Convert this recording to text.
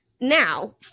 Now